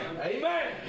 Amen